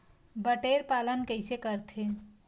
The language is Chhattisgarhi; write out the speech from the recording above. बटेर पालन कइसे करथे?